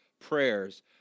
prayers